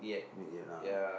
mid year ah